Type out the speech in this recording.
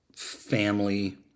family